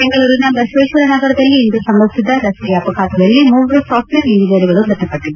ಬೆಂಗಳೂರಿನ ಬಸವೇಶ್ವರ ನಗರದಲ್ಲಿಂದು ಸಂಭವಿಸಿದ ರಸ್ತ ಅಪಘಾತದಲ್ಲಿ ಮೂವರು ಸಾಪ್ಟವೇರ್ ಇಂಜಿನಿಯರ್ಗಳು ಮೃತಪಟ್ಟದ್ದಾರೆ